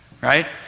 right